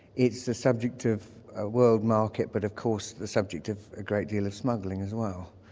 it's the subject of a world market but of course the subject of a great deal of smuggling as well.